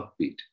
upbeat